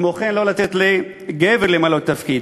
כמו כן, לא לתת לגבר למלא תפקיד.